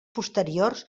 posteriors